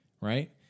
Right